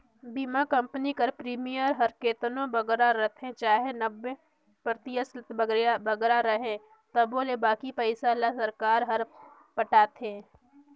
बीमा कंपनी कर प्रीमियम हर केतनो बगरा रहें चाहे नब्बे परतिसत ले बगरा रहे तबो ले बाकी पइसा ल सरकार हर पटाथे